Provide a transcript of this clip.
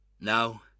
Now